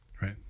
Right